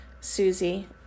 Susie